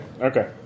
Okay